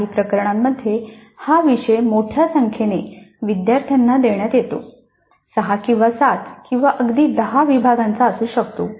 काही प्रकरणांमध्ये हा विषय मोठ्या संख्येने विद्यार्थ्यांना देण्यात येतो 6 किंवा 7 किंवा अगदी 10 विभागांचा असू शकतो